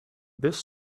this